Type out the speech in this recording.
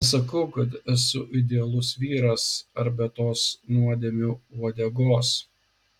nesakau kad esu idealus vyras ar be tos nuodėmių uodegos